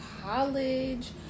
college